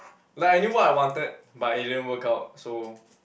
like I knew what I wanted but it didn't work out so